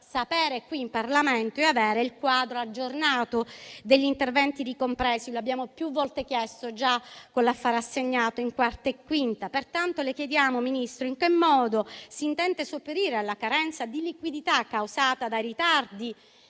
conoscere qui in Parlamento il quadro aggiornato degli interventi ricompresi. Lo abbiamo più volte chiesto, già con l'affare assegnato nelle Commissioni 4a e 5a. Pertanto, le chiediamo, Ministro, in che modo si intenda sopperire alla carenza di liquidità causata dai ritardi